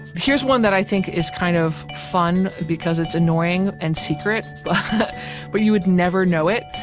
here's one that i think is kind of fun because it's annoying and secret but you would never know it.